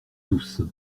douce